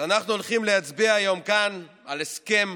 אז אנחנו הולכים להצביע היום כאן על הסכם